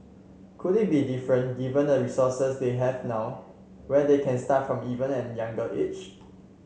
could it be different given the resources they have now where they can start from even younger age